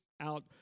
out